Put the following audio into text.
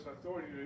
authority